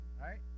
Right